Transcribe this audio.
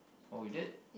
oh you did